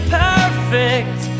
perfect